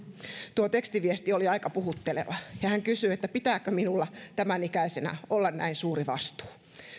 tuo tekstiviesti oli aika puhutteleva hän kysyi että pitääkö minulla tämänikäisenä olla näin suuri vastuu